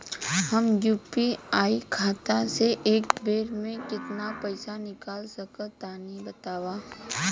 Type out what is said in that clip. हम यू.पी.आई खाता से एक बेर म केतना पइसा निकाल सकिला तनि बतावा?